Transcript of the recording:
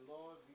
Lord